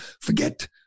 Forget